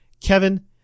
Kevin